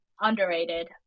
Underrated